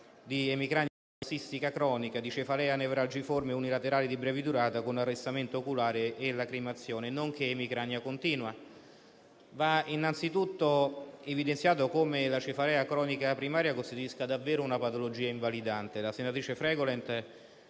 parossistica cronica, della cefalea nevralgiforme unilaterale di breve durata con arrossamento oculare e lacrimazione, nonché dell'emicrania continua. Va innanzitutto evidenziato come la cefalea cronica primaria costituisca davvero una patologia invalidante.